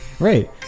right